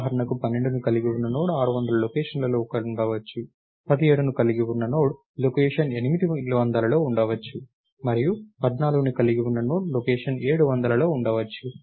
ఉదాహరణకు 12ని కలిగి ఉన్న నోడ్ 600 లొకేషన్లో ఉండవచ్చు 17ని కలిగి ఉన్న నోడ్ లొకేషన్ 800లో ఉండవచ్చు మరియు 14ని కలిగి ఉన్న నోడ్ లొకేషన్ 700లో ఉండవచ్చు